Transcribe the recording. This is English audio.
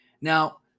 Now